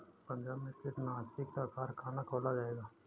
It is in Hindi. पंजाब में कीटनाशी का कारख़ाना खोला जाएगा